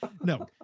No